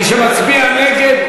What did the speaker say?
ומי שמצביע נגד,